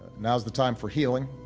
now's the time for healing,